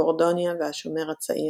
גורדוניה והשומר הצעיר.